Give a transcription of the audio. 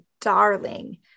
darling